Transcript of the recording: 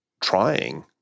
trying